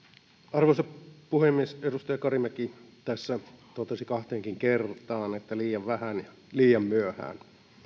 arvoisa puhemies edustaja karimäki tässä totesi kahteenkin kertaan että liian vähän liian myöhään